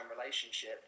relationship